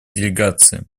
делегации